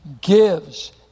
gives